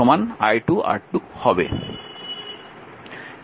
তাই v i1R1 i2R2 হবে